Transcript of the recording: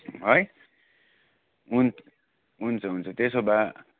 है हुन्छ हुन्छ हुन्छ त्यसो भए